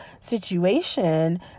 situation